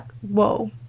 Whoa